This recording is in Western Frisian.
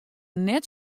net